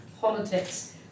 politics